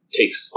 takes